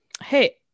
hey